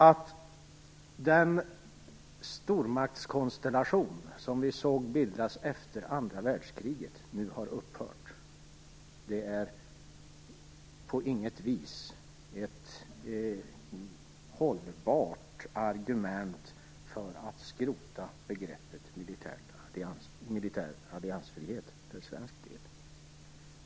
Att den stormaktskonstellation som vi såg bildas efter andra världskriget nu har upphört är på inget vis ett hållbart argument för att skrota begreppet militär alliansfrihet för svensk del.